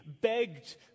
begged